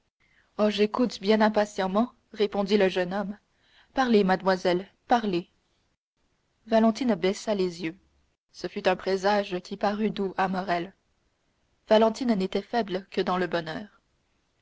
oh j'écoute bien impatiemment répondit le jeune homme parlez mademoiselle parlez valentine baissa les yeux ce fut un présage qui parut doux à morrel valentine n'était faible que dans le bonheur